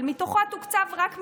אבל מתוכה תוקצב רק מיליארד,